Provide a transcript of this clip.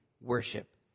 worship